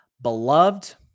beloved